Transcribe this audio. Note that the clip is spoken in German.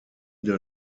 der